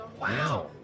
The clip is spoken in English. Wow